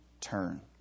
turn